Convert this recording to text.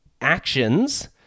actions